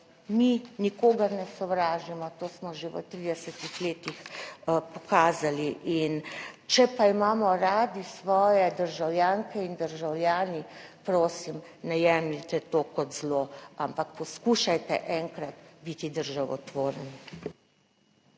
mi nikogar ne sovražimo, to smo že v 30. letih pokazali in če pa imamo radi svoje državljanke in državljane, prosim, ne jemljite to kot zlo, ampak poskušajte enkrat biti državotvorni.